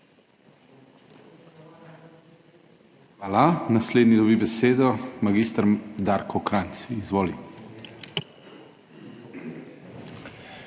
Hvala. Naslednji dobi besedo mag. Darko Krajnc. Izvoli.